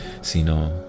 sino